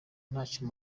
ntacyo